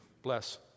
Bless